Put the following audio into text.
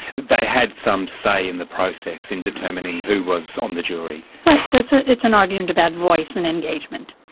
they had some say in the process, in determining who was on the jury. right. so it's ah it's an argument about voice and engagement.